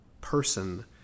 person